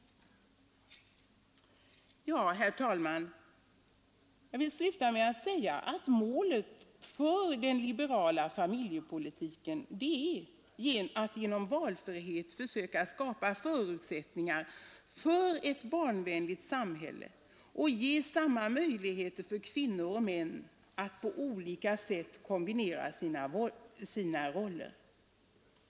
Herr talman! Jag vill sluta med att säga att målet för den liberala familjepolitiken är att genom valfrihet skapa förutsättningar för ett barnvänligt samhälle och ge samma möjligheter för kvinnor och män att på olika sätt kombinera sina roller.